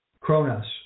Cronus